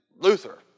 Luther